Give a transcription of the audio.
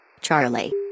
Charlie